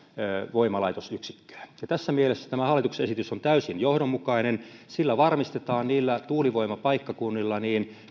voimalaitosyksikköä tässä mielessä tämä hallituksen esitys on täysin johdonmukainen sillä varmistetaan niillä tuulivoimapaikkakunnilla